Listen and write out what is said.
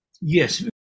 Yes